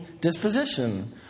disposition